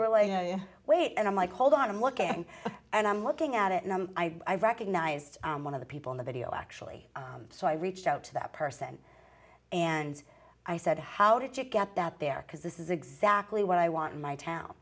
were like wait and i'm like hold on i'm looking and i'm looking at it and i recognized one of the people in the video actually so i reached out to that person and i said how did you get that there because this is exactly what i want my town